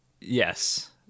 Yes